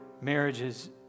marriages